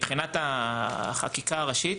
מבחינת החקיקה הראשית,